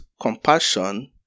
compassion